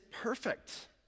perfect